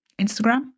Instagram